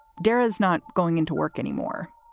dara's not going into work anymore.